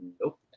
nope